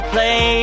Play